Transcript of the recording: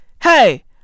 Hey